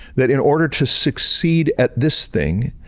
that in order to succeed at this thing,